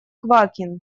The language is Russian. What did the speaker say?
квакин